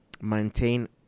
maintain